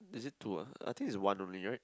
is it two ah I think it's one only [right]